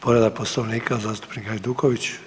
Povreda Poslovnika zastupnik Hajduković.